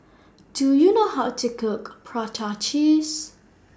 Do YOU know How to Cook Prata Cheese